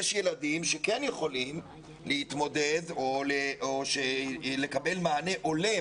יש ילדים שכן יכולים להתמודד או לקבל מענה הולם